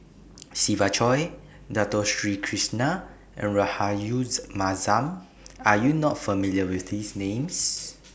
Siva Choy Dato Sri Krishna and Rahayu Mahzam Are YOU not familiar with These Names